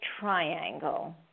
triangle